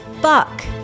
fuck